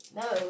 no